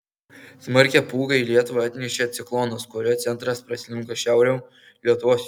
smarkią pūgą į lietuvą atnešė ciklonas kurio centras praslinko šiauriau lietuvos